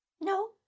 No